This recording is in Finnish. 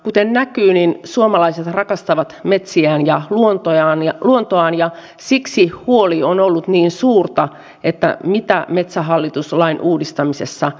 kuten näkyy suomalaiset rakastavat metsiään ja luontoaan ja siksi huoli on ollut niin suurta mitä metsähallitus lain uudistamisessa tapahtuu